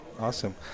Awesome